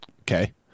Okay